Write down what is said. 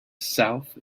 south